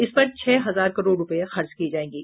इसपर छह हजार करोड़ रुपये खर्च किये जायेंगे